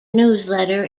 newsletter